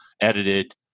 edited